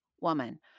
woman